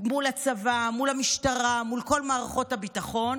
מול הצבא, מול המשטרה, מול כל מערכות הביטחון,